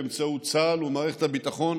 באמצעות צה"ל ומערכת הביטחון,